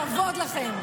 כבוד לכם.